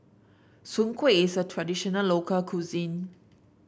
Soon Kueh is a traditional local cuisine